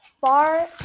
far